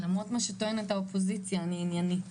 למרות מה שטוענת האופוזיציה, אני עניינית.